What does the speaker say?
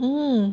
mm